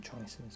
choices